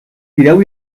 tireu